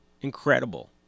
incredible